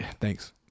Thanks